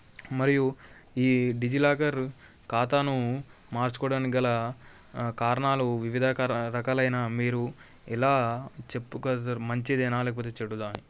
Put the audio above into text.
మరియు ఈ డిజీలాకర్ ఖాతాను మార్చుకోవడానికి గల కారణాలు వివిధ రకాలైన మీరు ఎలా చెప్పుకోస్తారు మంచిదేనా లేకపోతే చెడుదా అని